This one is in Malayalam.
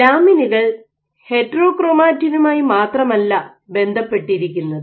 ലാമിനുകൾ ഹെറ്ററോക്രോമറ്റിനുമായി മാത്രമല്ല ബന്ധപ്പെട്ടിരിക്കുന്നത്